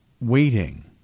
waiting